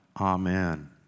Amen